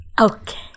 Okay